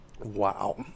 Wow